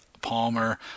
Palmer